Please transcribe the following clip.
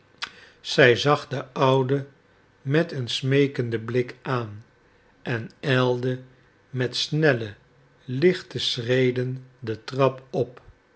zij zag den oude met een smeekenden blik aan en ijlde met snelle lichte schreden de trap op